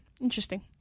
interesting